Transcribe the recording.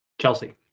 Chelsea